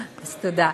אז תודה.